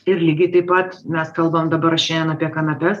ir lygiai taip pat mes kalbam dabar šiandien apie kanapes